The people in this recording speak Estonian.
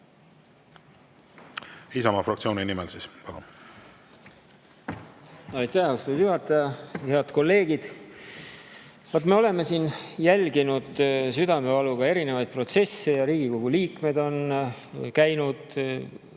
Isamaa fraktsiooni nimel. Aitäh, austatud juhataja! Head kolleegid! Me oleme siin jälginud südamevaluga erinevaid protsesse ja Riigikogu liikmed on käinud